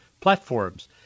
platforms